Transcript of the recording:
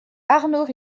arnaud